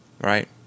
Right